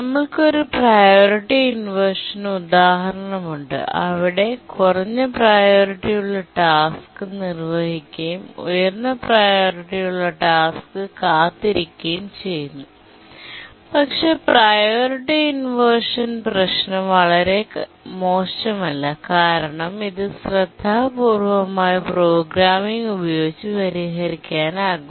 നമ്മൾക്കു ഒരു priority inversion ഉദാഹരണമുണ്ട് അവിടെ കുറഞ്ഞ പ്രിയോറിറ്റി ഉള്ള ടാസ്ക് നിർവ്വഹിക്കുകയും ഉയർന്ന പ്രിയോറിറ്റി ഉള്ള ടാസ്ക് കാത്തിരിക്കുകയും ചെയ്യുന്നു പക്ഷേ പ്രിയോറിറ്റി ഇൻവെർഷൻ പ്രശ്നം വളരെ മോശമല്ല കാരണം ഇത് ശ്രദ്ധാപൂർവ്വമായ പ്രോഗ്രാമിംഗ് ഉപയോഗിച്ച് പരിഹരിക്കാനാകും